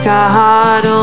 God